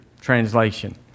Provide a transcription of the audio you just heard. translation